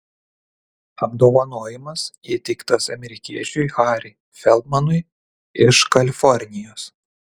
apdovanojimas įteiktas amerikiečiui harry feldmanui iš kalifornijos